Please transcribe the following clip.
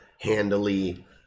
handily